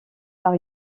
par